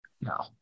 No